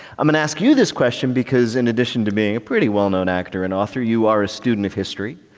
i'm gonna ask you this question because in addition to being a pretty well-known actor and author you are a student of history.